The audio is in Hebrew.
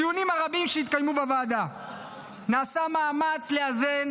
בדיונים הרבים שהתקיימו בוועדה נעשה מאמץ לאזן